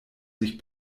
sich